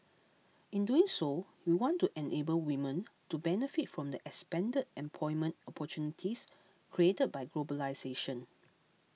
in doing so we want to enable women to benefit from the expanded employment opportunities created by globalisation